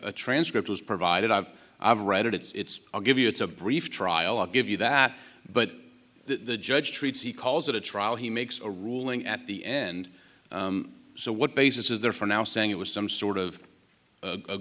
a transcript was provided i've read it it's i'll give you it's a brief trial i'll give you that but the judge treats he calls it a trial he makes a ruling at the end so what basis is there for now saying it was some sort of